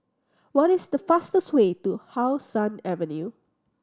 what is the fastest way to How Sun Avenue